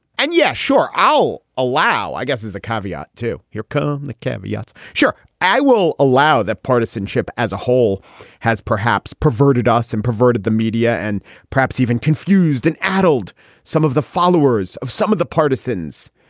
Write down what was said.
and yes, sure, i'll allow i guess as a caveat to here come the caveats. sure, i will allow that partisanship as a whole has perhaps perverted us and perverted the media and perhaps even confused an addled some of the followers of some of the partisans.